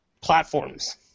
platforms